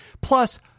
Plus